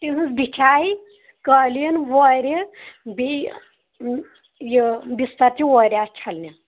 تِہٕنٛز بِچھایہِ قٲلیٖن ووٚرِ بیٚیہِ یہِ بِسترچہِ ووٚرِ آسہِ چھلنہِ